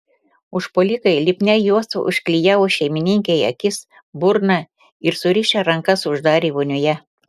užpuolikai lipnia juosta užklijavo šeimininkei akis burną ir surišę rankas uždarė vonioje